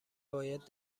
باید